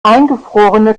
eingefrorene